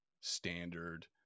standard